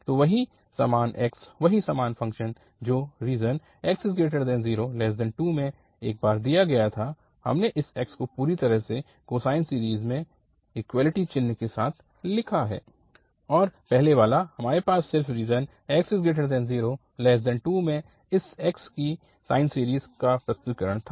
तो वही समान x वही समान फ़ंक्शन जो रीजन 0x2 में एक बार दिया गया था हमने इस x को पूरी तरह से कोसाइन सीरीज़ में इक्वैलिटी चिह्न के साथ लिखा है और पहले वाला हमारे पास सिर्फ रीजन 0x2 में इस x की साइन सीरीज़ का प्रस्तुतिकरन था